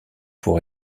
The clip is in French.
pour